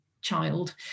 Child